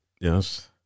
Yes